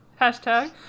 Hashtag